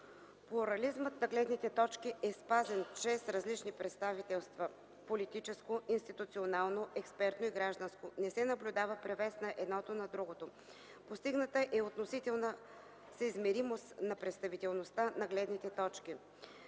Плурализмът на гледните точки е спазен чрез различни представителства – политическо, институционално, експертно и гражданско, не се наблюдава превес на едното над другото. Постигната е относителна съизмеримост на представителността на гледните точки.